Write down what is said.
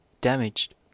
damaged